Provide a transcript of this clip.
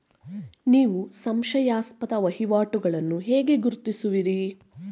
ನೀವು ಸಂಶಯಾಸ್ಪದ ವಹಿವಾಟುಗಳನ್ನು ಹೇಗೆ ಗುರುತಿಸುವಿರಿ?